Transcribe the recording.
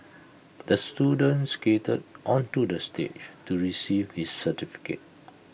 the student skated onto the stage to receive his certificate